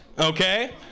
okay